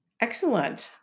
Excellent